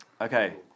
Okay